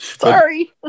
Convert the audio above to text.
Sorry